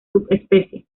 subespecie